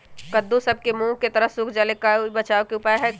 कददु सब के मुँह के तरह से सुख जाले कोई बचाव है का?